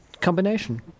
combination